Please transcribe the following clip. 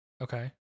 Okay